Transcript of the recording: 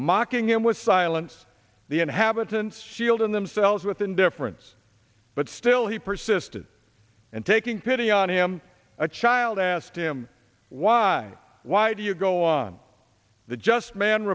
mocking him with silence the inhabitants shield in themselves with indifference but still he persisted and taking pity on him a child asked him why why do you go on the just man